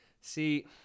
See